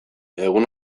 egun